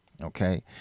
Okay